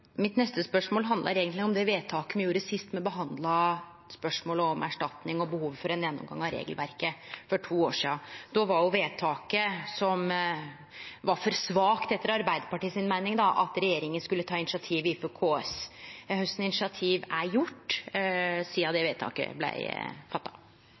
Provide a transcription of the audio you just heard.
Mitt neste spørsmål handlar om det vedtaket me gjorde sist me behandla spørsmålet om erstatning og behovet for ein gjennomgang av regelverket, for to år sidan. Då var vedtaket, som etter Arbeidarpartiets meining var for svakt, at regjeringa skulle ta initiativ overfor KS. Kva initiativ er teke sidan dette vedtaket blei fatta?